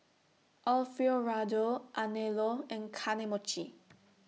Alfio Raldo Anello and Kane Mochi